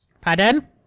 Pardon